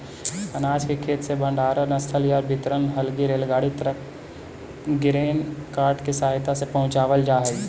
अनाज के खेत से भण्डारणस्थल या वितरण हलगी रेलगाड़ी तक ग्रेन कार्ट के सहायता से पहुँचावल जा हई